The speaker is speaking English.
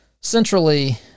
Centrally